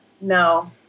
No